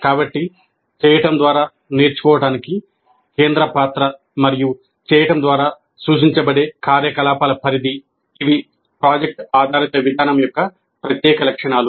కాబట్టి చేయడం ద్వారా నేర్చుకోవటానికి కేంద్ర పాత్ర మరియు "చేయడం" ద్వారా సూచించబడే కార్యకలాపాల పరిధి ఇవి ప్రాజెక్ట్ ఆధారిత విధానం యొక్క ప్రత్యేక లక్షణాలు